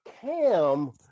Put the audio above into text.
Cam